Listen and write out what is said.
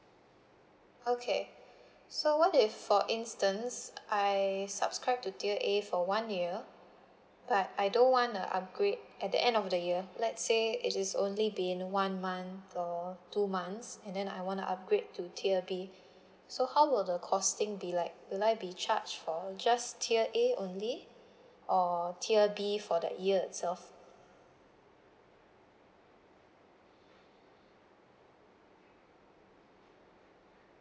okay so what if for instance I subscribe to tier A for one year but I don't wanna upgrade at the end of the year let's say it is only be in one month or two months and then I wanna upgrade to tier B so how would the costing be like will I be charge for just tier A only or tier B for the year itself